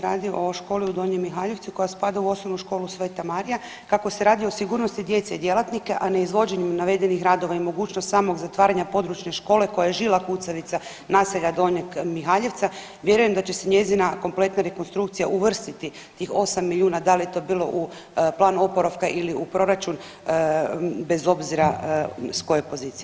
Ovaj puta se radi o školi u Donjem Mihaljevcu koja spada u Osnovnu školu Sv. Marija, kako se radi o sigurnosti djece i djelatnika, a ne izvođenjem navedenih radova i mogućnost samog zatvaranja područne škole koja je žila kucavica naselja Donjeg Mihaljevca vjerujem da će se njezina kompletna rekonstrukcija uvrstiti tih 8 milijuna da li je to bilo u plan oporavka ili u proračun bez obzira s koje pozicije.